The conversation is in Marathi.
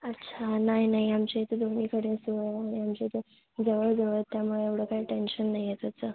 अच्छा नाही नाही आमच्या इथे सगळीकडे जवळ आमच्या इथं जवळजवळ आहेत त्यामुळे एवढं काही टेंशन नाही आहे त्याचं